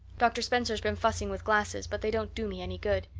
doctor spencer's been fussing with glasses, but they don't do me any good.